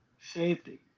Safety